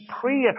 prayer